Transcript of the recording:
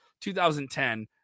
2010